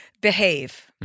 behave